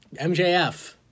MJF